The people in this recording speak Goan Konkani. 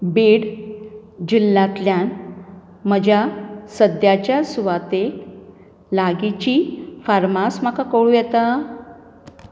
बीड जिल्ल्यांतल्यान म्हज्या सद्याच्या सुवातेक लागींची फार्मास म्हाका कळूं येता